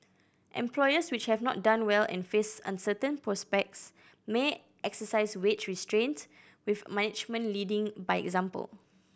employers which have not done well and face uncertain prospects may exercise wage restraint with management leading by example